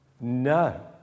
no